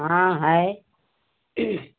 हाँ है